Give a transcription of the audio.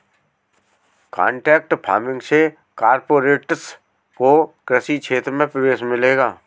contract farming से corporates को कृषि क्षेत्र में प्रवेश मिलेगा